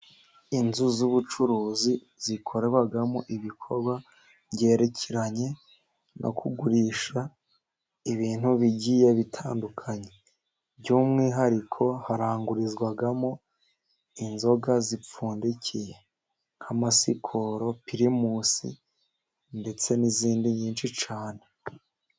Inzu z'ubucuruzi zikorewamo ibikorwa byerekeranye no kugurisha ibintu bigiye bitandukanye. By'umwihariko harangurizwagamo inzoga zipfundikiye, nk'amasikoro, primus ndetse n'izindi nyinshi cyane.